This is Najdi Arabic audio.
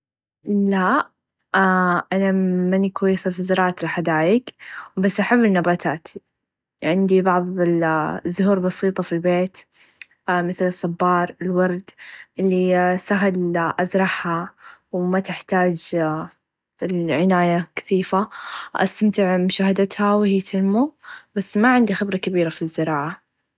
لا انا ماني كويسه في زراعه الحدايق بس أحب النباتات عندي بعض الزهور البسيطه في البيت مثل الصبار الورد الي سهل أزرعها و ما تحتاچ العنايه الكثيفه أستمتع بالمشاهدتها و هى تنمو بس ما عندي خبره كبيره في الزراعه.